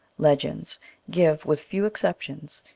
legends give, with few exceptions,